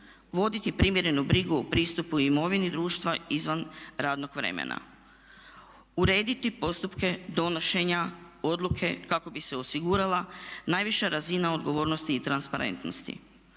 Voditi primjerenu brigu o pristupu imovini društva izvan radnog vremena. Urediti postupke donošenja odluke kako bi se osigurala najviša razina odgovornosti i transparentnosti.